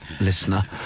listener